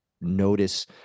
notice